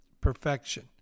perfection